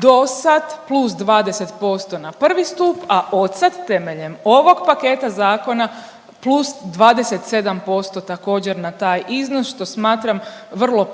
dosad + 20% na I. stup, a odsad temeljem ovog paketa zakona + 27% također na taj iznos, što smatram vrlo